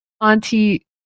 Auntie